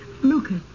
Lucas